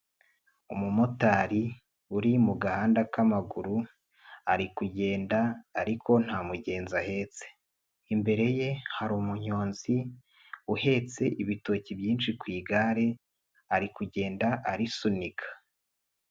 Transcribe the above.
Umumotari uri mu gahanda k'amaguru, ari kugenda ariko nta mugenzi ahetse. Imbere ye hari umunyonzi uhetse ibitoki byinshi ku igare, ari kugenda arisunika.